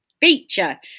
feature